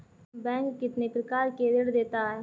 Bank कितने प्रकार के ऋण देता है?